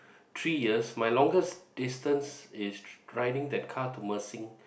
three years my longest distance is driving that car to Mersing